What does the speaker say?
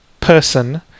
person